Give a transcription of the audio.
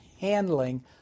handling